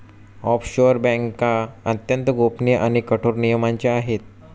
offshore बँका अत्यंत गोपनीय आणि कठोर नियमांच्या आहे